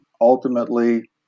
ultimately